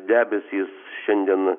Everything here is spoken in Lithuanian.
debesys šiandien